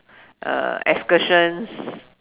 excursion